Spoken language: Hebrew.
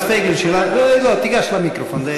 חבר הכנסת פייגלין, שאלה, לא, תיגש למיקרופון.